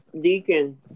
Deacon